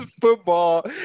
football